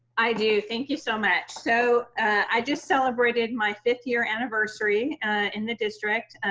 i do, thank you so much. so i just celebrated my fifth year anniversary in the district.